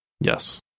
Yes